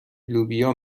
لوبیا